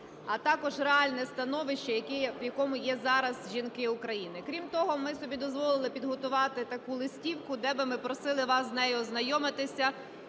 а також реальне становище, в якому є зараз жінки України. Крім того, ми собі дозволили підготувати таку листівку, де би ми просили вас з нею ознайомитися,